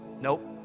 Nope